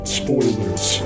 spoilers